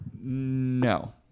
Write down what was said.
No